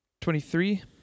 Twenty-three